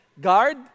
Guard